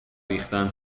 ریختن